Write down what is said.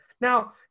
Now